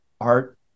art